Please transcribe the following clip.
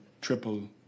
triple